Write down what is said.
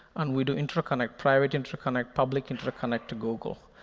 and we do interconnect, private interconnect, public interconnect to google.